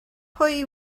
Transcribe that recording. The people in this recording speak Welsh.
pwy